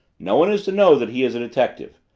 no one is to know that he is a detective.